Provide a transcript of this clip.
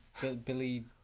Billy